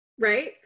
Right